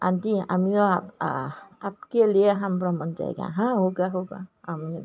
আটি আমিও আপকে লিয়ে সম ভ্ৰমণ জায়গা হাঁ হ'গা হ'গা আমি